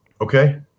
okay